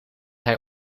hij